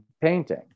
painting